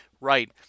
Right